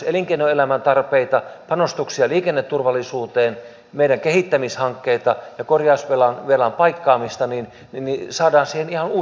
tämän kautta kun ajatellaan myös elinkeinoelämän tarpeita panostuksia liikenneturvallisuuteen meidän kehittämishankkeita ja korjausvelan paikkaamista saadaan siihen ihan uusi näkymä